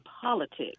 politics